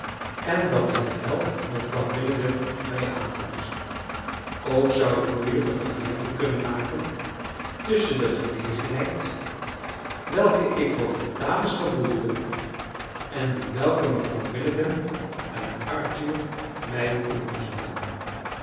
en dat hetwelk mevrouw milligan mij aanbood ook zou ik moeilijk een vergelijking kunnen maken tusschen de genegenheid welke ik voor vitalis gevoelde en die welke mevrouw milligan en arthur mij